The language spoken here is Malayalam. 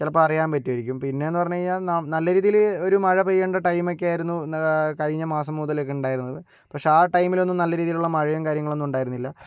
ചിലപ്പം അറിയാൻ പറ്റുവായിരിക്കും പിന്നേന്ന് പറഞ്ഞ് കഴിഞ്ഞാൽ നല്ല രീതിയിൽ ഒരു മഴ പെയ്യണ്ട ടൈംമൊക്കെയായിരുന്നു കഴിഞ്ഞ മാസം മുതലക്കെ ഇണ്ടായിരുന്നത് പക്ഷെ ആ ടൈമിലൊന്നും നല്ല രീതീലുള്ള മഴയും കാര്യങ്ങളൊന്നും ഉണ്ടായിരുന്നില്ല